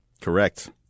Correct